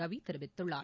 ரவி தெரிவித்துள்ளார்